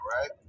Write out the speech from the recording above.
right